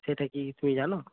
সেটা কি তুমি জানো